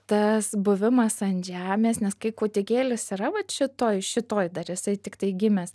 tas buvimas ant žemės nes kai kūdikėlis yra vat šitoj šitoj dar jisai tiktai gimęs